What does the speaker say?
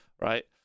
right